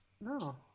No